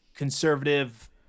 conservative